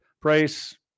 price